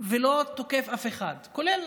אני לא תוקף כמעט אף אחד, כולל